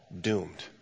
doomed